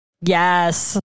Yes